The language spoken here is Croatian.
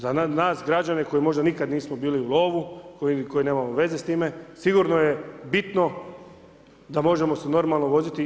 Za nas građane koji možda nikad nismo bili u lovu, koji nemamo veze s time, sigurno je bitno da možemo se normalno voziti.